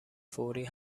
فوری